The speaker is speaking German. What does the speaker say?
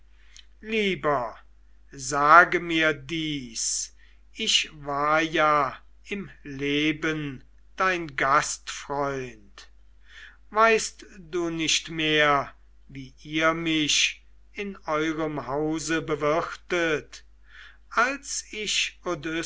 lieber sage mir dies ich war ja im leben dein gastfreund weißt du nicht mehr wie ihr mich in eurem hause bewirtet als ich